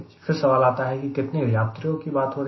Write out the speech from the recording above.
फिर सवाल आता है कि कितने यात्रियों की बात हो रही है